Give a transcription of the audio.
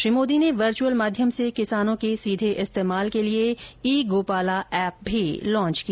श्री मोदी ने वर्च्अल माध्यम से किसानों के सीधे इस्तेमाल के लिए ई गोपाला एप भी लॉन्च किया